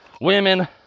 women